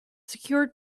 secured